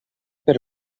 per